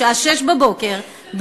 בשעה 06:00,